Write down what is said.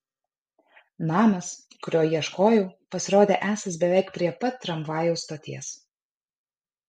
namas kurio ieškojau pasirodė esąs beveik prie pat tramvajaus stoties